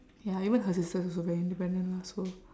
ya even her sisters also very independent lah so